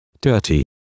dirty